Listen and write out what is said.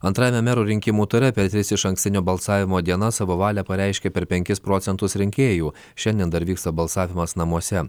antrajame merų rinkimų ture per tris išankstinio balsavimo dienas savo valią pareiškė per penkis procentus rinkėjų šiandien dar vyksta balsavimas namuose